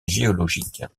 géologiques